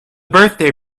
birthday